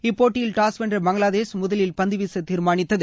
இப்போட்டியில் டாஸ்வென்ற பங்களாதேஷ் முதலில் பந்து வீச தீர்மானித்தது